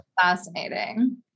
fascinating